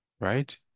right